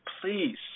please